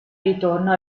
ritorno